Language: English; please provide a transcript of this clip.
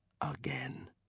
again